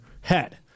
head